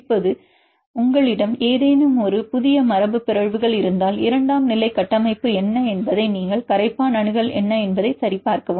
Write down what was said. இப்போது உங்களிடம் ஏதேனும் புதிய மரபுபிறழ்வுகள் இருந்தால் இரண்டாம் நிலை கட்டமைப்பு என்ன என்பதை நீங்கள் கரைப்பான் அணுகல் என்ன என்பதை சரிபார்க்கவும்